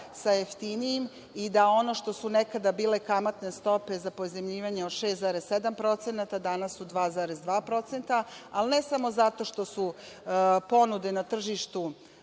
sa jeftinijim i da ono što su nekada bile kamatne stope za pozajmljivanje od 6,7% danas su 2,2%, ali ne samo zato što su ponude na tržištu